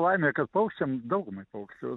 laimė kad paukščiam daugumai paukščių